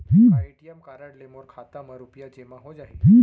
का ATM card ले मोर खाता म रुपिया जेमा हो जाही?